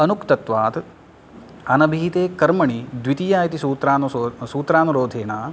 अनुक्तत्वात् अनभिहिते कर्मणि द्वितीया इति सूत्रानुसो सूत्रानुरोधेन